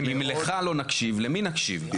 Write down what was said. אם לך לא נקשיב למי נקשיב?